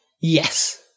Yes